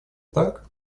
так